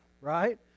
right